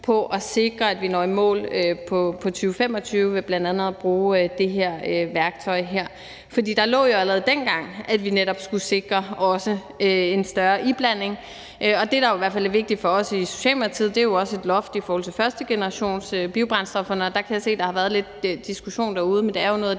for at sikre, at vi når i mål i 2025 ved bl.a. at bruge det her værktøj. For der lå jo allerede det i det dengang, at vi netop skulle sikre en større iblanding. Og det, der jo i hvert fald er vigtigt for os i Socialdemokratiet, er jo også et loft i forhold til førstegenerationsbiobrændstoffer, og der kan jeg se, at der har været lidt diskussion derude, men det er jo noget af